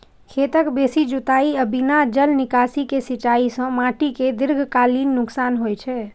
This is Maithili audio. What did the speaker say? खेतक बेसी जुताइ आ बिना जल निकासी के सिंचाइ सं माटि कें दीर्घकालीन नुकसान होइ छै